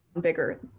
bigger